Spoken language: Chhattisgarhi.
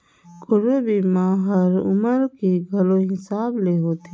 कोनो बीमा हर उमर के घलो हिसाब ले होथे